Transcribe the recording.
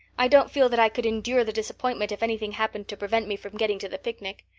i don't feel that i could endure the disappointment if anything happened to prevent me from getting to the picnic.